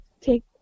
take